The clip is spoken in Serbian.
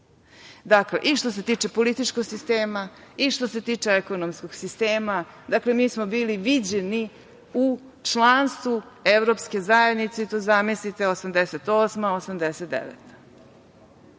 i što se tiče političkog sistema i što se tiče ekonomskog sistema, dakle, mi smo bili viđeni u članstvu Evropske zajednice i to zamislite '88, '89.